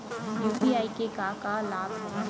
UPI के का का लाभ हवय?